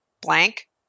blank